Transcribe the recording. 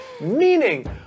Meaning